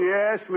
Yes